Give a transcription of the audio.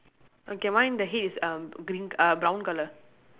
okay mine the head is um green uh brown colour